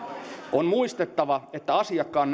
on muistettava että asiakkaan